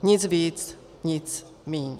Nic víc, nic míň.